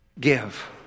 give